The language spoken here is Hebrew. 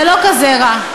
זה לא כזה רע.